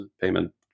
payment